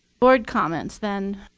board comments, then.